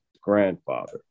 grandfather